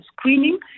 screening